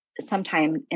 sometime